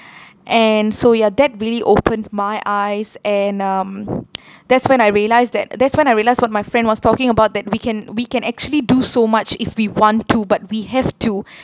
and so ya that really opened my eyes and um that's when I realised that that's when I realised what my friend was talking about that we can we can actually do so much if we want to but we have to